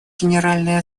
генеральной